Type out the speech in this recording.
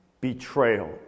betrayal